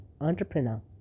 entrepreneur